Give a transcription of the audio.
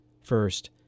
First